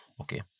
okay